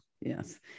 yes